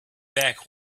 back